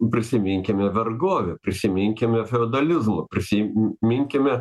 prisiminkime vergovę prisiminkime feodalizmą prisiminkime